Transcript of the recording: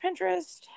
Pinterest